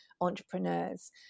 entrepreneurs